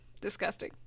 disgusting